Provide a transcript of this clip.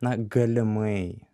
na galimai